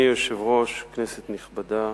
אדוני היושב-ראש, כנסת נכבדה,